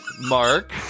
Mark